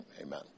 amen